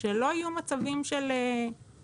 שלא יהיו מצבים של ניתוקים,